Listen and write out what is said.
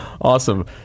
Awesome